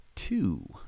Two